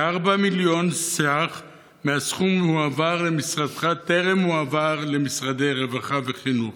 כ-4 מיליון ש"ח מהסכום שהועבר למשרדך טרם הועבר למשרדי הרווחה והחינוך,